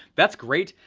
that's great,